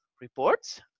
reports